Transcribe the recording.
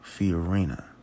Fiorina